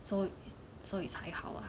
so it's so it's 还好 lah